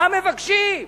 מה מבקשים?